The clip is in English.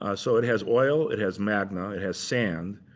ah so it has oil, it has magna, it has sand,